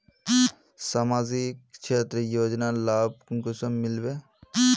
सामाजिक क्षेत्र योजनार लाभ कुंसम मिलबे?